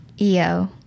EO